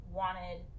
wanted